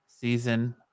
season